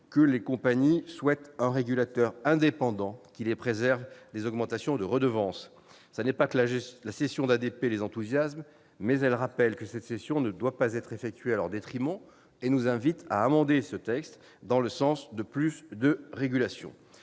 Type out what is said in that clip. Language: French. que les compagnies souhaitent un régulateur indépendant, qui les préserve des augmentations de redevances. Ce n'est pas que la cession d'ADP les enthousiasme, mais elles soulignent que celle-ci ne doit pas être opérée à leur détriment et nous invitent à amender le texte dans le sens d'un renforcement